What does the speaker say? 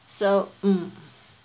so mm